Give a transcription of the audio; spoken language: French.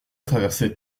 traversait